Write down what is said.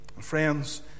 friends